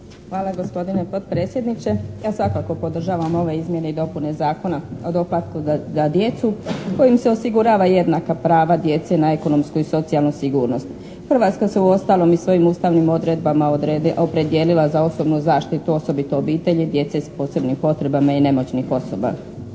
Hvala gospodine potpredsjedniče. Ja svakako podržavam ove izmjene i dopune Zakona o doplatku za djecu kojim se osiguravaju jednaka prava djece na ekonomsku i socijalnu sigurnost. Hrvatska se uostalom i svojim ustavnim odredbama opredijelila za osobnu zaštitu osobito obitelji, djece s posebnim potrebama i nemoćnih osoba.